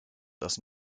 das